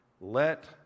let